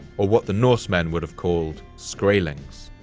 or what the norsemen would have called skraelings.